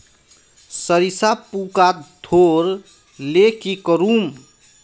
सरिसा पूका धोर ले की करूम?